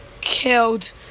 killed